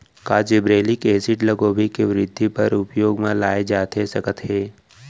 का gibberellic acid ल गोभी के वृद्धि बर उपयोग म लाये जाथे सकत हे?